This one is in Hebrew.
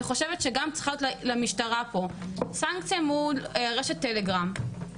אני חושבת שצריכה להיות גם למשטרה סנקציה מול רשת טלגרם,